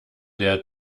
der